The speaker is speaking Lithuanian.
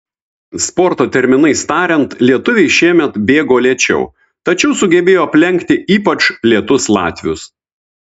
sporto terminais tariant lietuviai šiemet bėgo lėčiau tačiau sugebėjo aplenkti ypač lėtus latvius